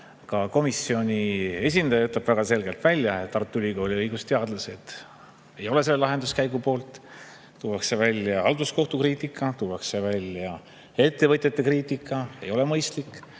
ka komisjoni esindaja ütleb väga selgelt välja, et Tartu Ülikooli õigusteadlased ei ole selle lahenduskäigu poolt. Tuuakse välja halduskohtu kriitika, tuuakse välja ettevõtjate kriitika, et ei ole mõistlik.